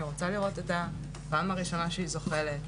אני רוצה לראות את הפעם הראשונה שהיא זוחלת.